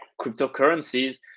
cryptocurrencies